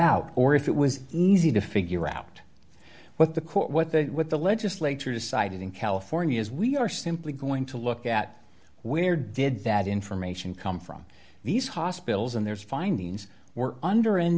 out or if it was easy to figure out what the court what they what the legislature decided in california is we are simply going to look at where did that information come from these hospitals and there's findings were under